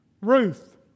Ruth